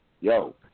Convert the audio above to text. Yo